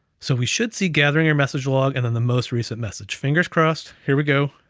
so we should see gathering, or message log, and then the most recent message, fingers crossed. here we go.